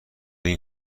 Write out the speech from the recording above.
این